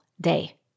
day